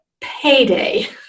payday